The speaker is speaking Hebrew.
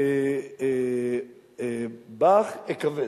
בך אכבד.